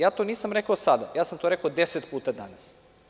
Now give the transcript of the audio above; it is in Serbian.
Ja to nisam rekao sada, to sam rekao deset puta danas.